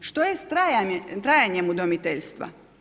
Što je s trajanjem udomiteljstva?